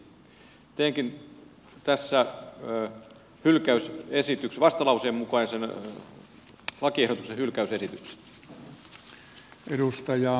teenkin tässä vastalauseen mukaisen lakiehdotusten hylkäysesityksen